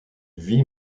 vit